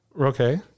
Okay